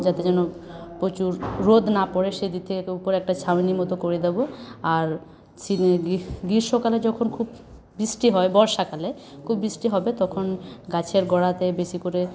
যাতে যেন প্রচুর রোদ না পড়ে সে দিক থেকে উপরে একটা ছাউনির মতো করে দেবো আর গ্রীষ্মকালে যখন খুব বৃষ্টি হয় বর্ষাকালে খুব বৃষ্টি হবে তখন গাছের গোড়াতে বেশি করে